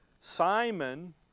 Simon